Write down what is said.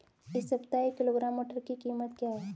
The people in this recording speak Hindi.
इस सप्ताह एक किलोग्राम मटर की कीमत क्या है?